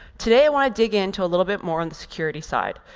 today i want to dig into a little bit more on the security side.